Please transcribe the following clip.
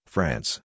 France